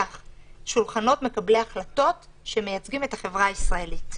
שולחנות מקבלי החלטות שמייצגים את החברה הישראלית.